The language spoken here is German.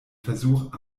versuch